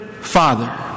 Father